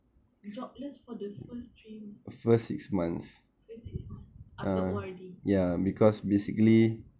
jobless for the first three months first six months after out already